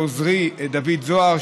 עוזרי דוד זוהר,